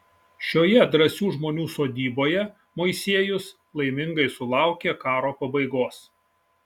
šioje drąsių žmonių sodyboje moisiejus laimingai sulaukė karo pabaigos